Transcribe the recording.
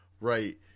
Right